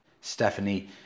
Stephanie